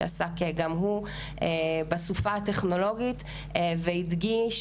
שעסק גם הוא בסופה הטכנולוגית והדגיש